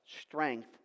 strength